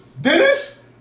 Dennis